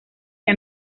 que